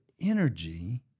energy